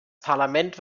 parlament